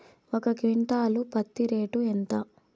ఒక క్వింటాలు పత్తి రేటు ఎంత?